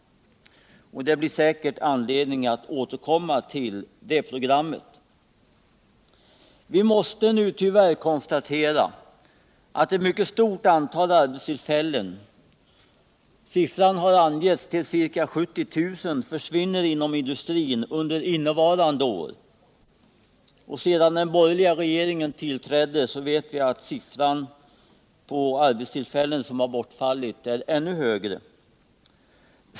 Det blir säkert anledning att återkomma till det programmet. Vi måste tyvärr konstatera att ett mycket stort antal arbetstillfällen — siffran har angivits till ca 70 000 — försvinner inom industrin under innevarande år. Sedan den borgerliga regeringen tillträdde har denna siffra blivit allt högre.